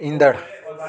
ईंदड़ु